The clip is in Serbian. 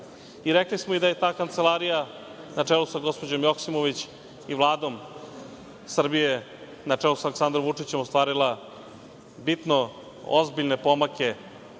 Rekli smo i da je ta Kancelarija na čelu sa gospođom Joksimović i Vladom Srbije na čelu sa Aleksandrom Vučićem ostvarila bitno ozbiljne pomake